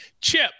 Chip